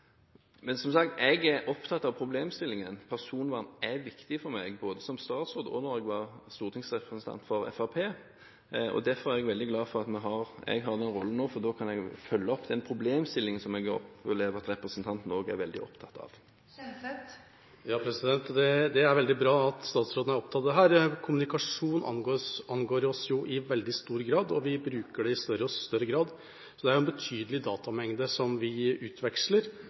Men, som sagt: Jeg har vært opptatt av problemstillingen, både som statsråd og da jeg var stortingsrepresentant for Fremskrittspartiet. Derfor er jeg veldig glad for at jeg har denne rollen nå, for da kan jeg jo følge opp den problemstillingen som jeg opplever at representanten også er veldig opptatt av. Det er veldig bra at statsråden er opptatt av dette. Kommunikasjon angår oss i veldig stor grad, og vi bruker det i større og større grad. Det er jo en betydelig datamengde vi utveksler